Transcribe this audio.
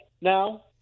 now